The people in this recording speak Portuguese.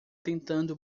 tentando